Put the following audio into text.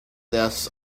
does